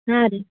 ಹಾಂ ರೀ